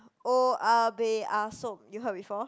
oya-beh-ya-som you heard before